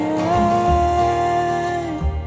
right